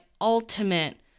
ultimate